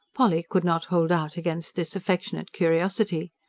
polly could not hold out against this affectionate curiosity.